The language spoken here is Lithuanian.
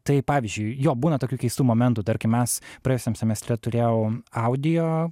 tai pavyzdžiui jo būna tokių keistų momentų tarkim mes praėjusiam semestre turėjau audio